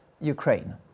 Ukraine